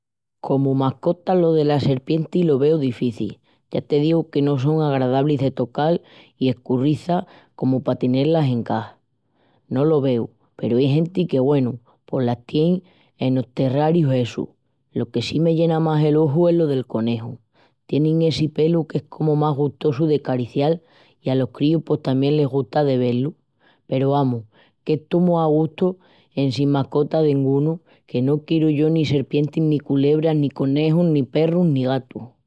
Comu mascota lo dela serpiente lo veu difici. Ya te digu que no son agradablis de tocal i escurrizas comu pa tené-las en cas. No lo veu peru ai genti que, güenu, pos las tieni enos terrarius essus. Lo que sí me llena más el oju es lo del coneju. Tienin essi pelu qu'es comu más gustosu de caricial i alos críus pos tamién les gusta de ve-lus. Peru amus, que estó mu a gustu en sin mascota dengunu, que no quieru yo ni serpientis ni culebras ni conejus ni perrus ni gatus.